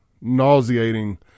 nauseating